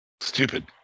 stupid